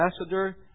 ambassador